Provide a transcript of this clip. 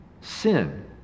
sin